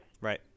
Right